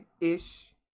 ish